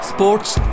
Sports